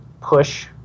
push